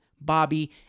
Bobby